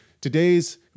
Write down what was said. today's